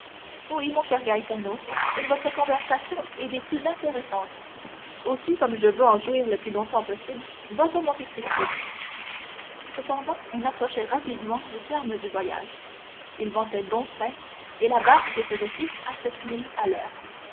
oui mon cher gaetano et votre conversation est des plus intéressantes aussi comme je veux en jouir le plus longtemps possible va pour monte cristo cependant on approchait rapidement du terme du voyage il ventait bon frais et la barque faisait six à sept milles à l'heure